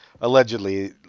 Allegedly